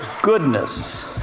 goodness